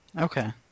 Okay